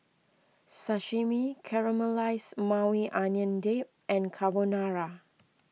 Sashimi Caramelized Maui Onion Dip and Carbonara